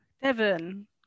Devon